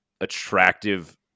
attractive